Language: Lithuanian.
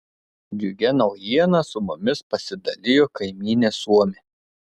džiugia naujiena su mumis pasidalijo kaimynė suomė